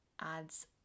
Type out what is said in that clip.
adds